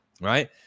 right